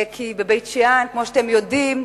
בבית-שאן, כמו שאתם יודעים,